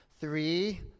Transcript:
Three